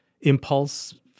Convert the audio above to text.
impulse